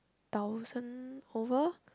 thousand over